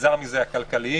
וכנגזר מזה הכלכליים,